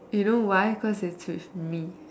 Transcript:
you know why cause it's with me